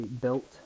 built